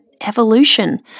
evolution